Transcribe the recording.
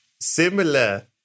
similar